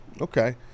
Okay